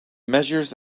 measures